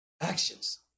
Actions